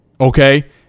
Okay